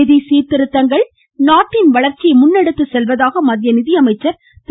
நிதி சீர்திருத்தங்கள் நாட்டின் வளர்ச்சியை முன்னெடுத்து செல்வதாக மத்திய நிதியமைச்சர் திரு